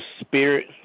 spirit